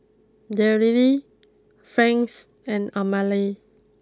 Daryle Franz and Amalie